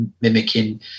mimicking